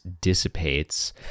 dissipates